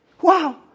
Wow